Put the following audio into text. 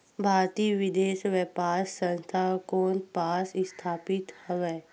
भारतीय विदेश व्यापार संस्था कोन पास स्थापित हवएं?